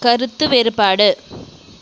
கருத்து வேறுபாடு